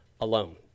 alone